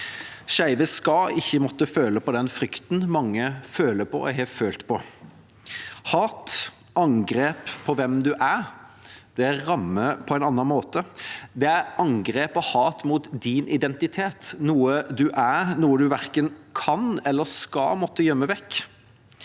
Skeive skal ikke måtte føle på den frykten mange føler på og har følt på. Hat og angrep mot hvem du er, rammer på en annen måte. Det er angrep og hat mot din identitet, noe du er, noe du verken kan eller skal måtte gjemme vekk.